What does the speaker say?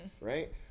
right